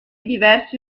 diversi